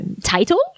title